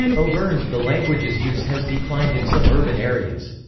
auvergne the language's use has declined in some urban areas.